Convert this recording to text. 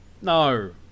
No